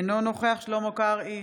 אינו נוכח שלמה קרעי,